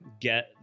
get